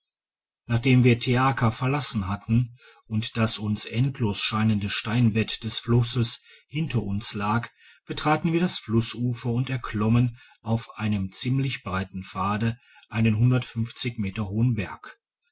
nachdem wir teaka verlassen hatten und das uns endlos scheinende steinbett des flusses hinter uns lag betraten wir das flussufer und erklommen auf einem ziemlich breiten pfade einen meter hohen berg